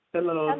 Hello